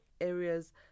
areas